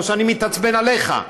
כמו שאני מתעצבן עליך.